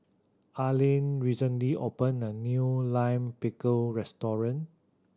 Aline recently opened a new Lime Pickle restaurant